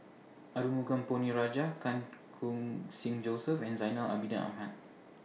Arumugam Ponnu Rajah Chan Khun Sing Joseph and Zainal Abidin Ahmad